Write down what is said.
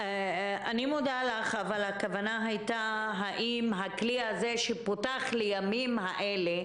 אני מודה לך אבל הכוונה הייתה לגבי הכלי הזה שפותח לימים האלה,